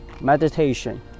meditation